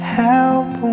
Help